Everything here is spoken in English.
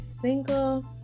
single